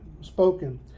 spoken